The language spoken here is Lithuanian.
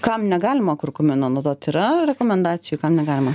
kam negalima kurkumino naudot yra rekomendacijų kam negalima